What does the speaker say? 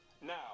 now